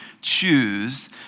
choose